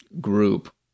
group